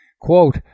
Quote